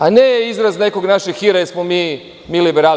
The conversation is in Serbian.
a ne izraz nekog našeg hira, jer smo mi liberali.